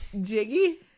Jiggy